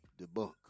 debunk